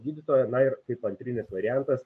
gydytoją na ir kaip antrinis variantas